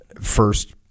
first